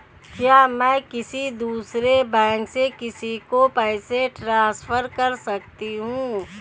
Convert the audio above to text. क्या मैं किसी दूसरे बैंक से किसी को पैसे ट्रांसफर कर सकती हूँ?